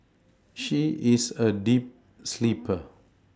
she is a deep sleeper